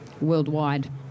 worldwide